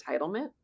entitlement